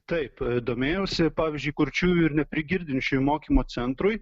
taip domėjausi pavyzdžiui kurčiųjų ir neprigirdinčiųjų mokymo centrui